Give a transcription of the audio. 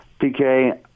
PK